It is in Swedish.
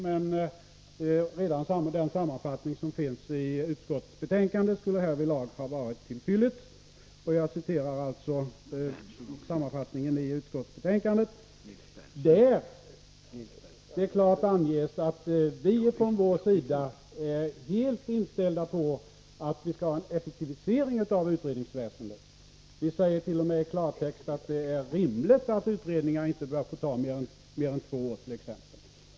Men redan den sammanfattning som finns i utskottsbetänkandet skulle härvidlag ha varit till fyllest. Jag hänvisar alltså till sammanfattningen i betänkandet, där det klart anges att vi från vår sida är helt inställda på att det skall ske en effektivisering av utredningsväsendet. i klartext att det är rimligt att utredningar inte bör få ta mer än t.ex. två år.